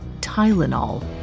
Tylenol